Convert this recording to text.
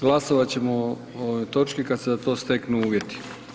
Glasovat ćemo o ovoj točki kad se za to steknu uvjeti.